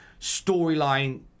storyline